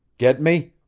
get me?